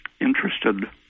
interested